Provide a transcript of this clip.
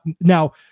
Now